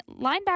linebacker